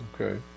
Okay